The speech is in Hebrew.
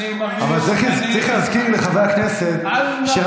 אני רק אומר שמי שמחליט מי משיב זה הממשלה, אדוני.